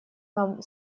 нам